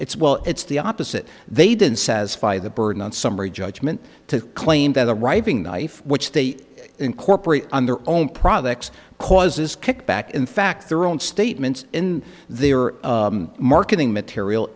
it's well it's the opposite they didn't satisfy the burden on summary judgement to claim that the riving knife which they incorporate on their own products causes kickback in fact their own statements in their marketing material